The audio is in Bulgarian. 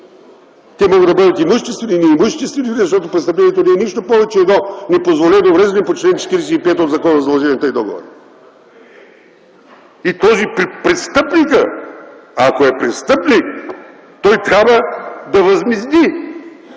Те могат да бъдат имуществени, неимуществени, защото престъплението не е нищо повече от едно непозволено увреждане по чл. 45 от Закона за задълженията и договорите и престъпникът, ако е престъпник, трябва да възмезди